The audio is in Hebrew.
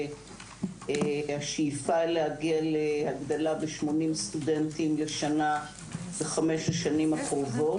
כשהשאיפה היא להגיע להגדלהב-80 סטודנטים לשנה בחמש השנים הקרובות.